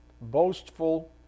boastful